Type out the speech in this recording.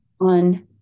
on